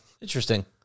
Interesting